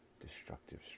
destructive